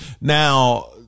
Now